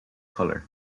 color